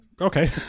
Okay